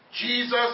Jesus